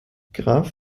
graf